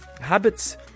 Habits